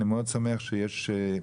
אני מאוד שמח שיש,